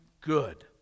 good